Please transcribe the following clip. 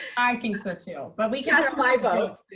i think so, too. but we got my vote.